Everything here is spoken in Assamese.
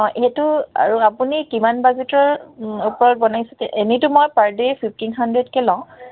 অঁ এইটো আৰু আপুনি কিমান বাজেটৰ ওপৰত বনাইছেঁ এনেটো মই পাৰ ডে' ফিফটিন হাণ্ড্ৰেডকে লওঁ